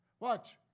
Watch